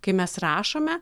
kai mes rašome